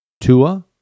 Tua